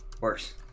worse